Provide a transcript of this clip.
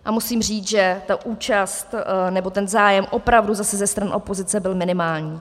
A musím říct, že ta účast nebo ten zájem opravdu zase ze strany opozice byl minimální.